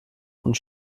und